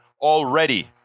already